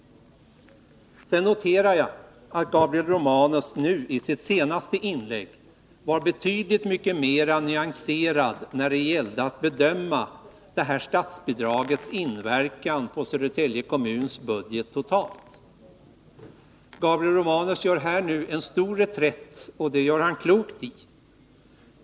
Jag noterar att Gabriel Romanus i sitt senaste inlägg var betydligt mycket mer nyanserad när det gällde att bedöma det här statsbidragets inverkan på Södertälje kommuns budget totalt. Gabriel Romanus gör nu en stor reträtt, och det gör han klokt i.